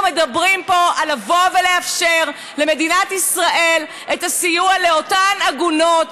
אנחנו מדברים פה על לבוא ולאפשר למדינת ישראל את הסיוע לאותן עגונות,